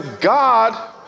God